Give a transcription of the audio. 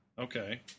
Okay